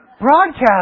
broadcast